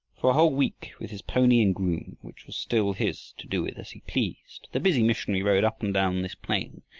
for a whole week with his pony and groom, which were still his to do with as he pleased, the busy missionary rode up and down this plain,